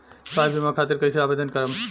स्वास्थ्य बीमा खातिर कईसे आवेदन करम?